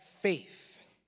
faith